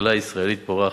הכלכלה הישראלית פורחת.